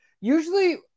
usually